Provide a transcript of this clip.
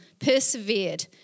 persevered